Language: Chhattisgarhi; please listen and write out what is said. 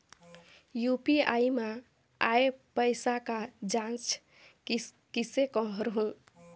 यू.पी.आई मा आय पइसा के जांच कइसे करहूं?